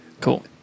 Cool